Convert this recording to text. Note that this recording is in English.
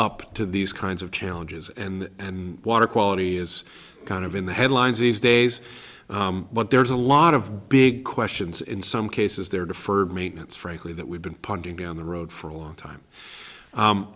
up to these kinds of challenges and water quality is kind of in the headlines these days but there's a lot of big questions in some cases they're deferred maintenance frankly that we've been punting down the road for a long time